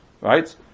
right